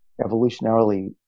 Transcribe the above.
evolutionarily